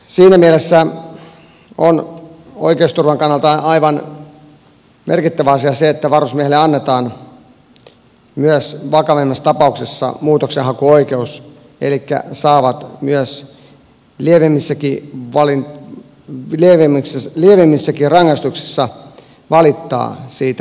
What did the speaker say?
siinä mielessä on oikeusturvan kannalta aivan merkittävä asia se että varusmiehille annetaan myös muutoin kuin vakavammassa tapauksessa muutoksenhakuoikeus elikkä he saavat lievemmissäkin rangaistuksissa valittaa siitä pää töksestä